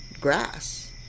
grass